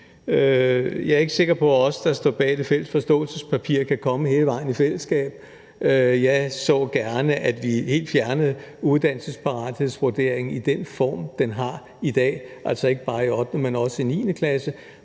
Jeg er ikke sikker på, at os, der står bag det fælles forståelsespapir, kan komme hele vejen i fællesskab. Jeg så gerne, at vi helt fjernede uddannelsesparathedsvurderingen i den form, den har i dag, altså ikke bare i 8., men også i 9. klasse.